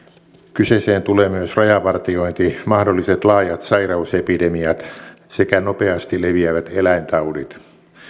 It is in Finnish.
kyseeseen tulevat myös rajavartiointi mahdolliset laajat sairausepidemiat sekä nopeasti leviävät eläintaudit